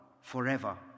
forever